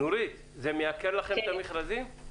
את המכרזים?